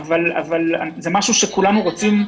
אבל זו תופעה